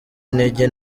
intege